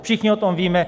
Všichni o tom víme.